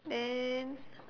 then